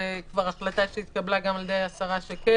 זו החלטה שהתקבלה גם על ידי השרה שקד